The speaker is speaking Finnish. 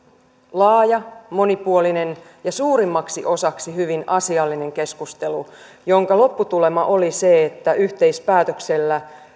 laaja monipuolinen ja suurimmaksi osaksi hyvin asiallinen keskustelu jonka lopputulema oli se että yhteispäätöksellä